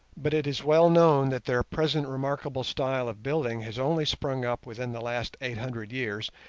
but it is well known that their present remarkable style of building has only sprung up within the last eight hundred years,